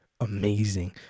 amazing